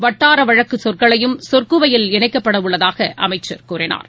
வட்டார வழக்கு சொற்களையும் சொற்குவையில் இணைக்கப்படவுள்ளதாகவும் அமைச்சர் கூறினார்